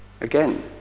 Again